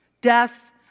death